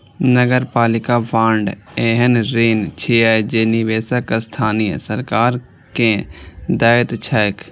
नगरपालिका बांड एहन ऋण छियै जे निवेशक स्थानीय सरकार कें दैत छैक